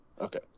okay